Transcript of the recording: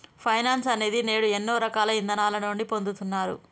finance అనేది నేడు ఎన్నో రకాల ఇదానాల నుండి పొందుతున్నారు